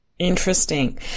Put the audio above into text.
Interesting